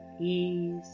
ease